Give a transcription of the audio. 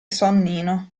sonnino